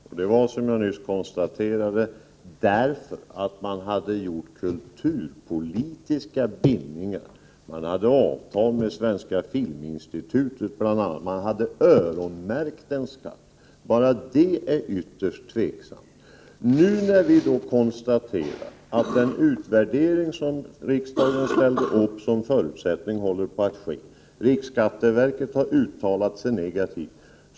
Vi gjorde det, som jag nyss konstaterade, därför att man hade gjort kulturpolitiska bindningar. Man hade avtal med svenska filminstitutet bl.a. Man hade öronmärkt en skatt. Bara det är ytterst tvivelaktigt. Vi kan nu konstatera att den utvärdering som riksdagen ställde upp som förutsättning håller på att genomföras och att riksskatteverket har uttalat sig negativt.